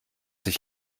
dich